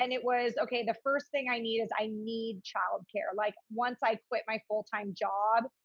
and it was okay. the first thing i need is i need childcare. like once i quit my full time job,